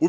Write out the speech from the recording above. У